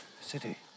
City